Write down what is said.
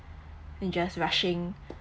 we just rushing